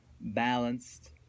balanced